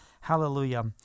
Hallelujah